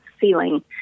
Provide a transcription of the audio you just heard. Ceiling